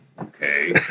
Okay